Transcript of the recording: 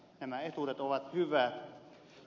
nämä etuudet ovat hyvät